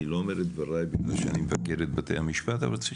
אני לא אומר את דבריי בגלל שאני מבקר את בתי המשפט אבל צריך